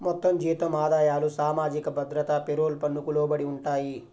మొత్తం జీతం ఆదాయాలు సామాజిక భద్రత పేరోల్ పన్నుకు లోబడి ఉంటాయి